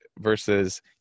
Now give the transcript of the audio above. versus